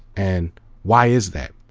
and why is that?